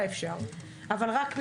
תחבורה.